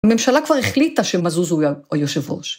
‫הממשלה כבר החליטה ‫שמזוז הוא יושב ראש.